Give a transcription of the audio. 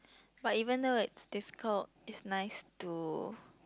but even though it's difficult is nice to